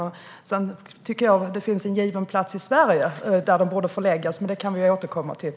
Sedan tycker jag att det finns en given plats i Sverige där den borde förläggas, men det kan vi återkomma till.